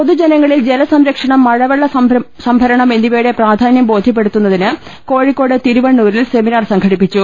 പൊതുജനങ്ങളിൽ ജലസംരക്ഷണം മഴവെള്ള സംഭരണം എന്നിവയുടെ പ്രാധാന്യം ബോധ്യപ്പെടുത്തു ന്നതിന് കോഴിക്കോട് തിരുവണ്ണൂരിൽ സെമിനാർ സംഘടിപ്പിച്ചു